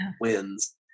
wins